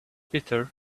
bitter